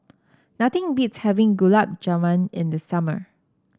nothing beats having Gulab Jamun in the summer